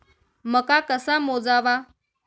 मका कसा मोजावा?